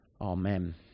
Amen